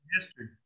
History